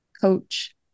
coach